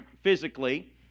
physically